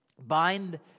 Bind